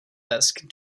desk